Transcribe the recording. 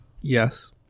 Yes